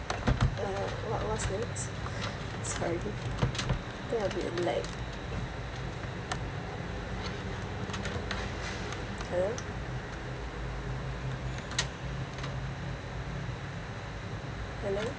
uh what what's the next sorry think I a bit lag hello hello hello